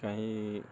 कहीँ